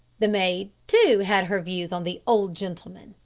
the maid, too, had her views on the old gentleman.